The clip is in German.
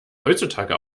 heutzutage